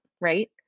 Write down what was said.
right